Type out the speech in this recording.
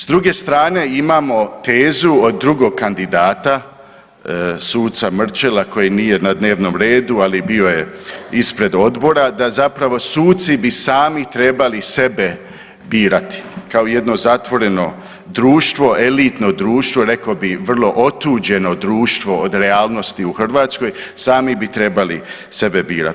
S druge strane imamo tezu od drugog kandidata suca Mrčela koji nije na dnevnom redu, ali bio je ispred odbora da zapravo suci bi sami trebali sebe birati kao jedno zatvoreno društvo, elitno društvo, rekao bi vrlo otuđeno društvo od realnosti u Hrvatskoj, sami bi trebali sebe birati.